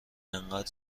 انقد